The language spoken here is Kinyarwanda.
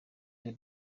the